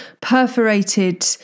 perforated